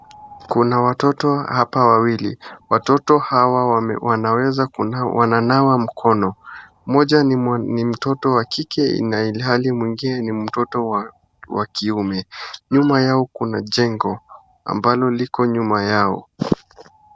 Kuna watoto hapa wawili, watoto hawa wanaweza wananawa. Mmmoja ni mtoto wa kike na ilhali mwingine ni mtoto wa kiume. Nyuma yao kuna jengo ambalo liko nyuma yao.